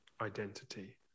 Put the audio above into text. identity